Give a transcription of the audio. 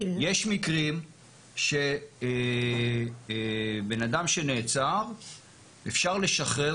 יש מקרים שבן אדם שנעצר אפשר לשחרר